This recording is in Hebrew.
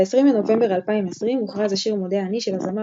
ב-20 בנובמבר 2020 הוכרז השיר "מודה אני" של הזמר